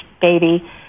baby